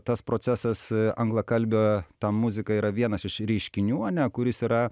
tas procesas anglakalbė ta muzika yra vienas iš reiškinių ane kuris yra